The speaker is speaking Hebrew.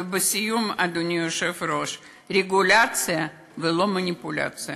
ולסיום, אדוני היושב-ראש, רגולציה ולא מניפולציה.